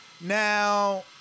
Now